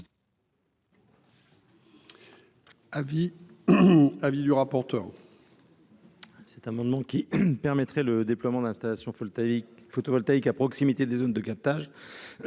vis du rapporteur. Soir. Cet amendement qui permettrait le déploiement d'installation voltaïque photovoltaïque à proximité des zones de captage